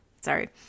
Sorry